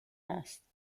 است